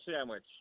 sandwich